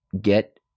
get